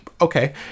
okay